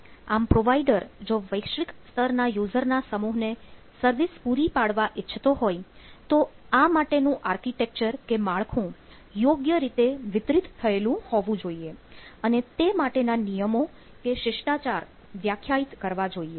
આમ પ્રોવાઇડર જો વૈશ્વિક સ્તરના યુઝર ના સમૂહને સર્વિસ પૂરી પાડવા ઈચ્છતો હોય તો આ માટેનું આર્કિટેક્ચર કે માળખું યોગ્ય રીતે વિતરિત થયેલું હોવું જોઈએ અને તે માટેના નિયમો કે શિષ્ટાચાર વ્યાખ્યાયિત કરવા જોઈએ